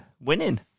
winning